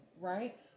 Right